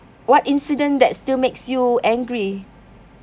what incident that still makes you angry